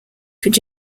could